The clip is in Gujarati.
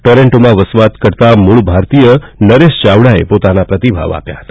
ટોરન્ટોમાં વસવાટ કરતા મૂળ ભારતીય નરેશ ચાવડાએ પોતાનો પ્રતિભાવ આપ્યો હતો